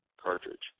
cartridge